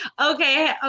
Okay